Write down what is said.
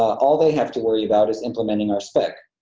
all they have to worry about is implementing our spec.